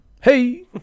Hey